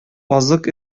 азык